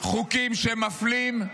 חוקים שמפלים,